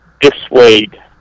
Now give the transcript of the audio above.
dissuade